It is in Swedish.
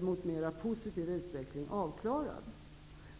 mot en mer positiv utveckling avklarad.